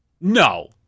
No